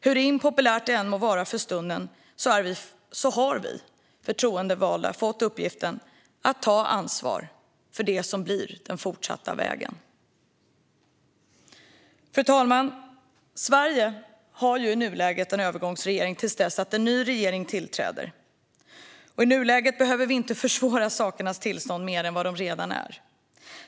Hur impopulärt det än må vara för stunden har vi förtroendevalda fått uppgiften att ta ansvar för det som blir den fortsatta vägen. Fru talman! Sverige har ju en övergångsregering till dess att en ny regering tillträder. I nuläget behöver vi inte göra sakernas tillstånd svårare än vad de redan är.